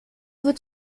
wird